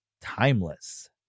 timeless